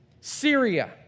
Syria